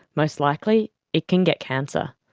most likely it can get cancer.